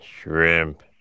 shrimp